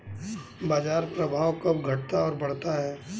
बाजार प्रभाव कब घटता और बढ़ता है?